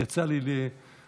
יצא לי לא מעט,